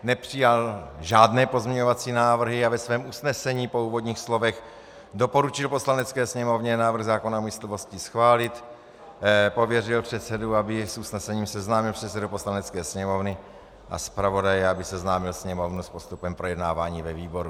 Nepřijal žádné pozměňovací návrhy a ve svém usnesení po úvodních slovech doporučil Poslanecké sněmovně návrh zákona o myslivosti schválit, pověřil předsedu, aby s usnesením seznámil předsedu Poslanecké sněmovny, a zpravodaje, aby seznámil Sněmovnu s postupem projednávání ve výboru.